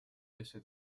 ese